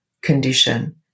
condition